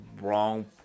wrong